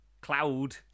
Cloud